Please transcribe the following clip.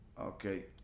okay